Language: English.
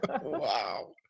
wow